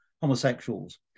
homosexuals